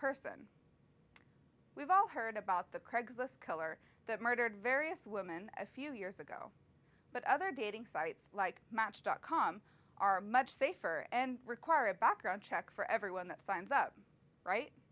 person we've all heard about the craigslist killer that murdered various women a few years ago but other dating sites like match dot com are much safer and require a background check for everyone that signs up right